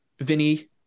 Vinny